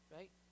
Right